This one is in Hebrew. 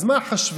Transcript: אז מה אחשוורוש